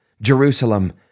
Jerusalem